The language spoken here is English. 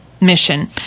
mission